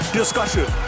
discussion